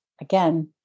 again